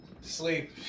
sleep